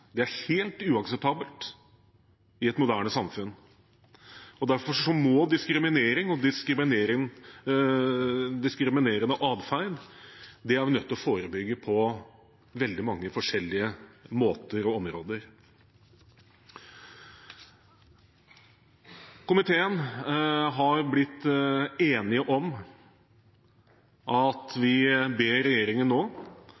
er helt uakseptabelt i et moderne samfunn. Derfor må diskriminering og diskriminerende adferd forebygges på veldig mange forskjellige måter og områder. Komiteen har blitt enig om at